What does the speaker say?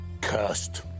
cursed